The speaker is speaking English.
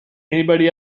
anybody